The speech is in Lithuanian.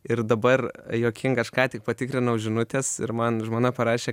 ir dabar juokinga aš ką tik patikrinau žinutes ir man žmona parašė